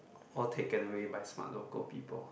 all taken away by smart local people